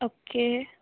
okay